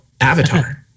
Avatar